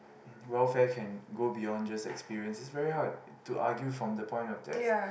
welfare can go beyond just experience it's very hard to argue from the point of death